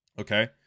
Okay